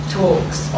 talks